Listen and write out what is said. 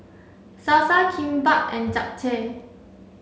Salsa Kimbap and Japchae